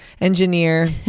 engineer